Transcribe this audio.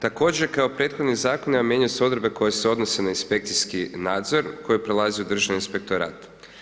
Također kao prethodni Zakon, mijenjaju se odredbe koje se odnose na inspekcijski nadzor koji prelazi u Državni inspektorat.